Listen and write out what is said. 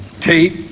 tape